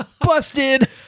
Busted